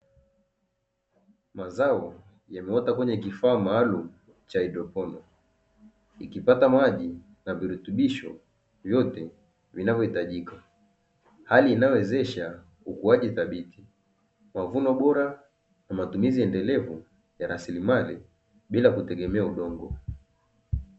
Mazao yameota kwenye kifaa maalum cha hydroponi ikipata maji na virutubisho vyote vinavyo hitajika, hali inayo wezesha ukuaji thabiti, mavuno bora na matumizi endelevu ya rasilimali bila kutegemea udongo.